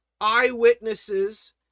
eyewitnesses